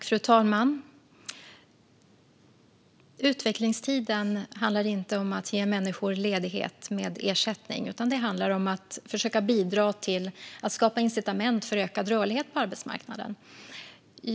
Fru talman! Utvecklingstiden handlar inte om att ge människor ledighet med ersättning, utan det handlar om att försöka bidra till att skapa incitament för ökad rörlighet på arbetsmarknaden.